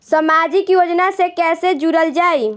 समाजिक योजना से कैसे जुड़ल जाइ?